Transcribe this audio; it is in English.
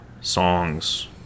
songs